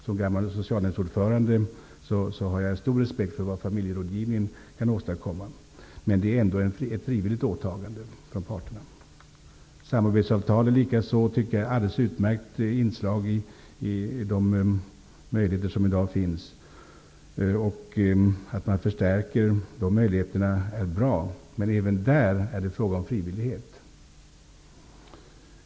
Som gammal socialnämndsordförande har jag stor respekt för vad familjerådgivningen kan åstadkomma. Men det är ändå ett frivilligt åtagande för parterna. Jag tycker att även samarbetsavtal är ett alldeles utmärkt inslag i de möjligheter som i dag finns. Att man förstärker dessa möjligheter är bra. Men även där är det fråga om frivillighet.